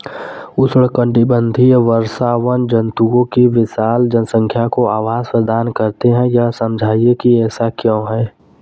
उष्णकटिबंधीय वर्षावन जंतुओं की विशाल जनसंख्या को आवास प्रदान करते हैं यह समझाइए कि ऐसा क्यों है?